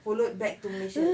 followed back to malaysia